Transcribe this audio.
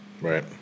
Right